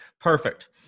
Perfect